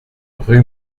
rue